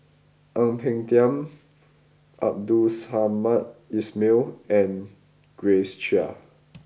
Ang Peng Tiam Abdul Samad Ismail and Grace Chia